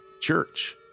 church